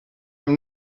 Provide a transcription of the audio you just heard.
i’m